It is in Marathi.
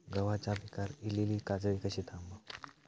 गव्हाच्या पिकार इलीली काजळी कशी थांबव?